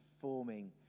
forming